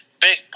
big